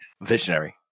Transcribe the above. visionary